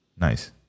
Nice